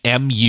MU